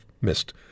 missed